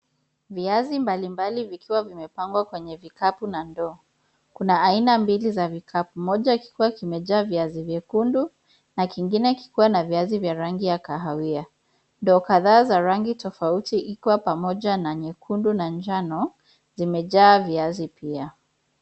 Viazi mbali mbali vikiwa vimepangwa kwenye vikapu na ndoo, kuna aina mbili za vikapu moja kikuwa kimeja viazi vyekundu na kingine kikuwa na viazi vye rangi ya kahawia ndoo kathaa za rangi tofauti ikuwa pamoja na nyekundu na njano zimejaa viazi pia.